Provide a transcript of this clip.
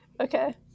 Okay